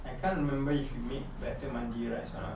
I can't remember if you made better mandi rice or not